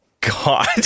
God